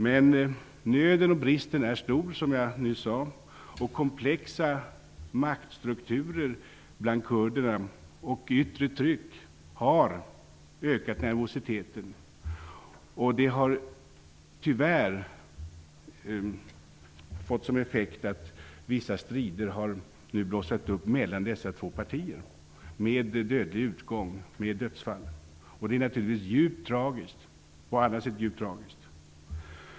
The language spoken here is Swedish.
Men nöden och bristen är stor, som jag nyss sade, och komplexa maktstrukturer bland kurderna samt yttre tryck har ökat nervositeten. Det har tyvärr fått som effekt att vissa strider som har lett till dödsfall har blossat upp mellan dessa två partier. Det är naturligtvis på alla sätt djupt tragiskt.